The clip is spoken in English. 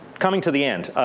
coming to the end.